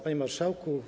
Panie Marszałku!